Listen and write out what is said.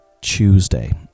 tuesday